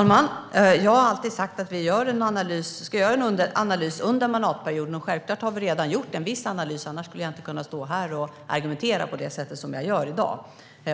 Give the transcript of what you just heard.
Fru talman! Jag har alltid sagt att vi ska göra en analys under mandatperioden. Självklart har vi redan gjort en viss analys; annars skulle jag inte kunna stå här och argumentera på det sätt jag gör i dag